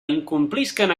incomplisquen